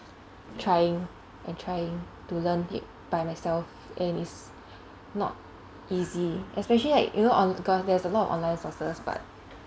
trying and trying to learn it by myself and is not easy especially like you know on there's a lot of online sources but